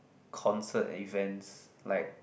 concert events like